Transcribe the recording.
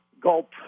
gulp